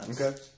Okay